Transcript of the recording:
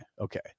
Okay